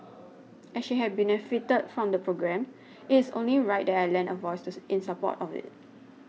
as she had benefited from the programme it is only right that I lend a voice in support of it